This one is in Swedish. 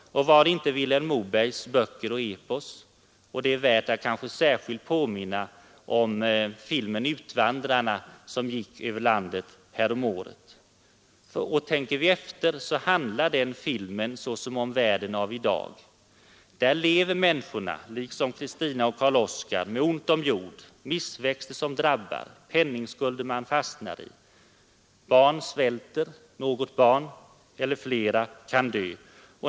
Och vad är inte Vilhelm Mobergs verk? Det är värt att kanske särskilt påminna om filmen Utvandrarna, som gick över landet härom året. Tänker vi efter, ser vi att den filmen handlar liksom om världen av i dag. Där lever människorna liksom Kristina och Karl Oskar med ont om jord, de drabbas av missväxt, de fastnar i penningskulder. Barn svälter och dör.